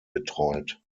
betreut